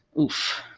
Oof